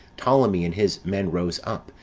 ptolemee and his men rose up,